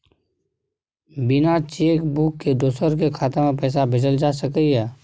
बिना cheque book के दोसर के खाता में पैसा भेजल जा सकै ये?